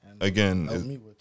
Again